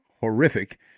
horrific